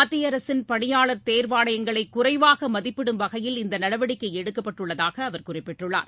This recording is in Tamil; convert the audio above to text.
மத்திய அரசின் பணியாளர் தேர்வாணையங்களை குறைவாக மதிப்பீடும் வகையில் இந்த நடவடிக்கை எடுக்கப்பட்டுள்ளதாக அவர் குறிப்பிட்டுள்ளார்